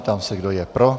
Ptám se, kdo je pro.